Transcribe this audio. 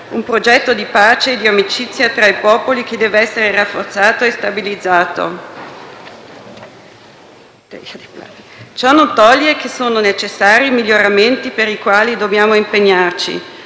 un progetto di pace e di amicizia tra i popoli che deve essere rafforzato e stabilizzato. Ciò non toglie che sono necessari miglioramenti per i quali dobbiamo impegnarci.